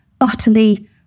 utterly